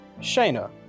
Shayna